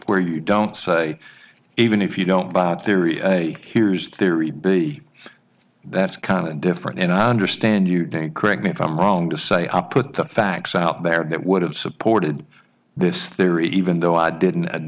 where you don't say even if you don't buy a theory here's theory b that's kind of different in our understand you didn't correct me if i'm wrong to say i put the facts out there that would have supported this theory even though i didn't and